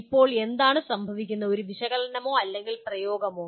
ഇപ്പോൾ എന്താണ് സംഭവിക്കുന്നത് ആ വിശകലനമോ അല്ലെങ്കിൽ പ്രയോഗമോ